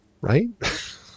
right